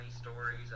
stories